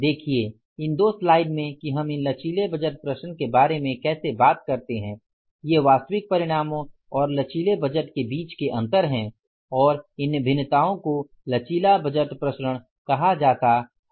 देखिये इन दो स्लाइड में कि हम इन लचीले बजट प्रसरण के बारे में कैसे बात करते हैं ये वास्तविक परिणामों और लचीले बजट के बीच के अंतर हैं और इन भिन्नताओं को लचीला बजट प्रसरण कहा जाता है